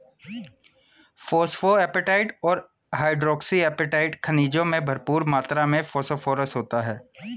phosphoapatite और hydroxyapatite खनिजों में भरपूर मात्र में फोस्फोरस होता है